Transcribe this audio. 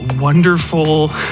wonderful